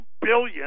billion